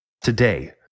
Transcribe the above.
today